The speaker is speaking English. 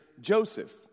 Joseph